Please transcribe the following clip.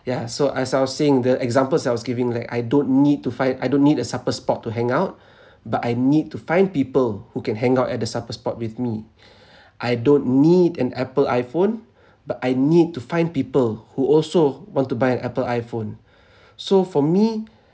yeah so as I was saying the examples I was giving like I don't need to find I don't need a supper spot to hang out but I need to find people who can hang out at the supper spot with me I don't need an apple iphone but I need to find people who also want to buy an apple iphone so for me